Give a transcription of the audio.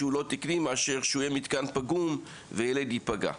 מאשר רשות בעלת מתקן פגום שילד ייפגע ממנו.